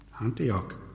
Antioch